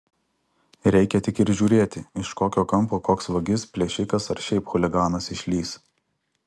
reikia tik ir žiūrėti iš kokio kampo koks vagis plėšikas ar šiaip chuliganas išlįs